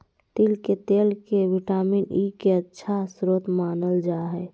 तिल के तेल के विटामिन ई के अच्छा स्रोत मानल जा हइ